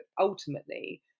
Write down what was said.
ultimately